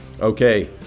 Okay